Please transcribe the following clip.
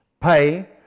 pay